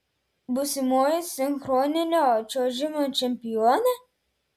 būsimoji sinchroninio čiuožimo čempionė